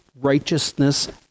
righteousness